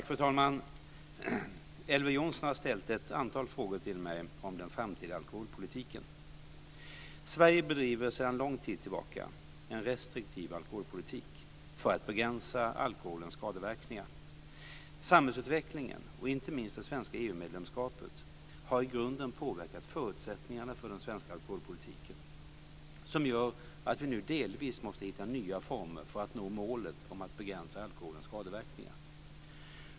Fru talman! Elver Jonsson har ställt ett antal frågor till mig om den framtida alkoholpolitiken. Sverige bedriver sedan lång tid tillbaka en restriktiv alkoholpolitik för att begränsa alkoholens skadeverkningar. Samhällsutvecklingen och inte minst det svenska EU-medlemskapet har i grunden påverkat förutsättningarna för den svenska alkoholpolitiken som gör att vi nu delvis måste hitta nya former för att nå målet om att begränsa alkoholens skadeverkningar.